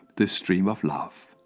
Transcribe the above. the stream of love.